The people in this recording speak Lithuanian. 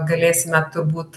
galėsime turbūt